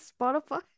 Spotify